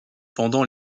pendant